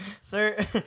sir